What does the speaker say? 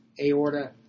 aorta